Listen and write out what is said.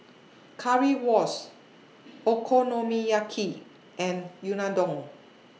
Currywurst Okonomiyaki and Unadon